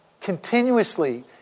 Continuously